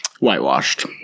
whitewashed